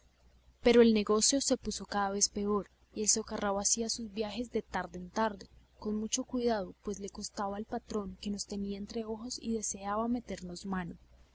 pero el negocio se puso cada vez peor y el socarrao hacía sus viajes de tarde en tarde con mucho cuidado pues le constaba al patrón que nos tenían entre ojos y deseaban meternos mano